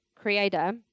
Creator